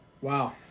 Wow